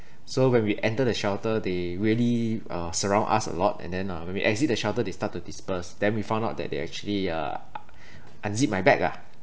so when we enter the shelter they really uh surround us a lot and then uh when we exit the shelter they start to disperse them we found out that they actually uh unzip my bag ah